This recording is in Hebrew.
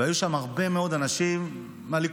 היו שם הרבה מאוד אנשים מהליכוד,